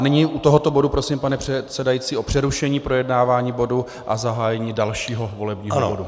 Nyní u tohoto bodu prosím, pane předsedající, o přerušení projednávání bodu a zahájení dalšího volebního bodu.